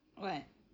what